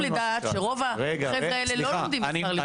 סליחה,